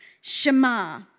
Shema